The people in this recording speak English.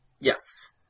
Yes